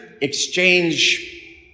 exchange